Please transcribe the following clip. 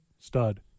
Stud